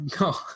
No